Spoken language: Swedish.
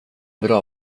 bra